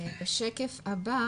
בשקף הבא